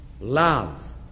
love